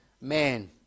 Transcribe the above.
man